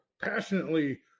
passionately